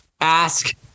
ask